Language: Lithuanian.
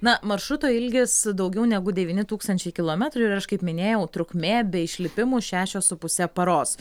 na maršruto ilgis daugiau negu devyni tūkstančiai kilometrų ir aš kaip minėjau trukmė be išlipimų šešios su puse paros